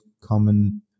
common